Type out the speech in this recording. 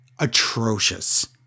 atrocious